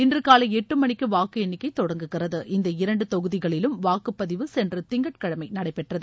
இன்றுகாலை எட்டு மணிக்கு வாக்கு எண்ணிக்கை தொடங்குகிறது இந்த இரண்டு தொகுதிகளிலும் வாக்குப்பதிவு சென்ற திங்கட்கிழமை நடைபெற்றது